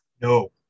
No